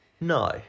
No